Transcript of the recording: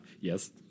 yes